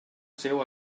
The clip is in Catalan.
seu